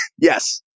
Yes